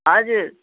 हजुर